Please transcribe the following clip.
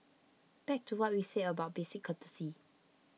back to what we said about basic courtesy